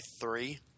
three